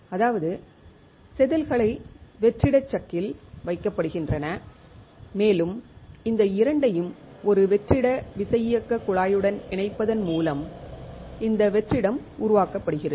அதாவது செதில்கள் வெற்றிட சக்கில் வைக்கப்படுகின்றன மேலும் இந்த இரண்டையும் ஒரு வெற்றிட விசையியக்கக் குழாயுடன் இணைப்பதன் மூலம் இந்த வெற்றிடம் உருவாக்கப்படுகிறது